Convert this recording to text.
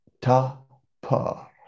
ta-pa